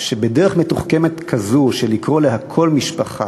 שבדרך מתוחכמת כזאת, של לקרוא להכול "משפחה",